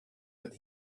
that